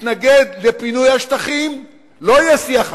מתנגד לפינוי השטחים, לא יהיה שיח אמיתי.